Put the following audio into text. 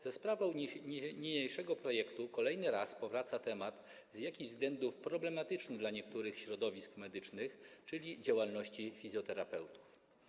Za sprawą niniejszego projektu kolejny raz powraca temat z jakichś względów problematyczny dla niektórych środowisk medycznych, czyli działalności fizjoterapeutów.